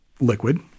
liquid